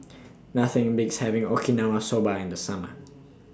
Nothing Beats having Okinawa Soba in The Summer